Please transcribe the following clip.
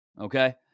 okay